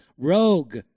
rogue